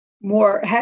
more